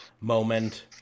moment